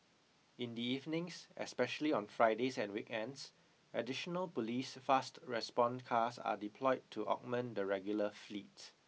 in the evenings especially on Fridays and weekends additional police fast response cars are deployed to augment the regular fleet